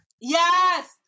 Yes